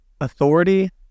authority